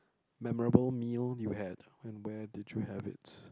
memorable meal you had and where did you have it